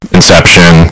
Inception